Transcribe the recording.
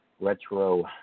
Retro